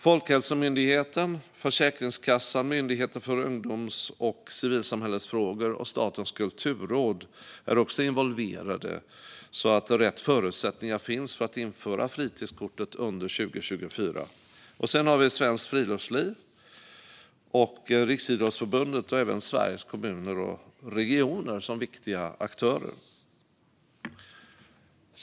Folkhälsomyndigheten, Försäkringskassan, Myndigheten för ungdoms och civilsamhällesfrågor och Statens kulturråd är också involverade så att rätt förutsättningar ska finnas för att införa fritidskortet under 2024. Sedan har vi Svenskt Friluftsliv och Riksidrottsförbundet, och även Sveriges Kommuner och Regioner, som viktiga aktörer.